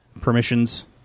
permissions